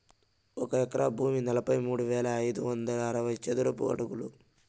ఒక ఎకరా భూమి నలభై మూడు వేల ఐదు వందల అరవై చదరపు అడుగులు